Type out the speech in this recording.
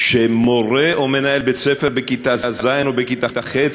שמורה או מנהל בית-ספר בכיתה ז' או בכיתה ח'